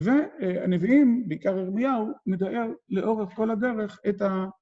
והנביאים, בעיקר ירמיהו, מתאר לאורך כל הדרך את ה...